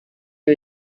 iyo